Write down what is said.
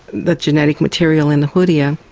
the genetic material in the hoodia,